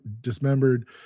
dismembered